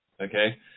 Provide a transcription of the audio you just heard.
Okay